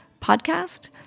podcast